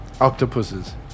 octopuses